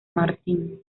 martín